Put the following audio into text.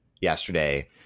yesterday